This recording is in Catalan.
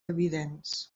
evidents